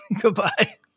goodbye